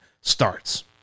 starts